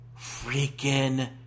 freaking